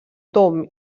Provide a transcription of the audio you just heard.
tom